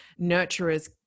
nurturers